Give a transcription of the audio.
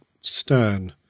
stern